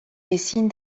ezin